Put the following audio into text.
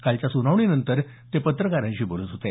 कालच्या सुनावणीनंतर ते पत्रकारांशी बोलत होते